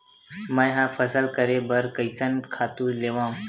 मैं ह फसल करे बर कइसन खातु लेवां?